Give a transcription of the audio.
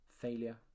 failure